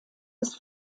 des